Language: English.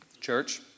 Church